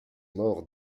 morts